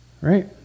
Right